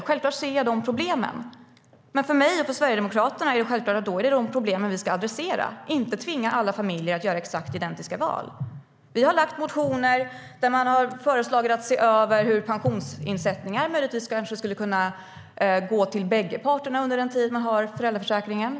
Vi har väckt motioner med förslag om att se över hur pensionsinsättningar skulle kunna gå till bägge parter under den tid man har föräldraförsäkring.